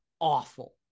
awful